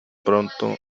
pronto